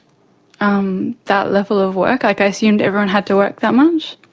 um that level of work, i assumed everyone had to work that much.